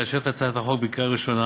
לאשר את הצעת החוק בקריאה ראשונה